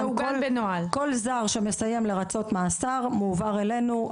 כל זר שמסיים לרצות מאסר מועבר אלינו.